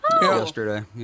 yesterday